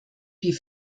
die